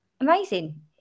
Amazing